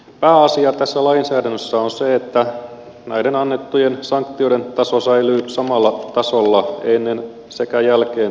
pääasia tässä lainsäädännössä on se että näiden annettujen sanktioiden taso säilyy samalla tasolla ennen sekä jälkeen tämän lainsäädännön